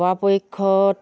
পৰাপক্ষত